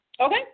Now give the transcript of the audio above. Okay